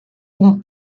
bon